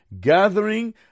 gathering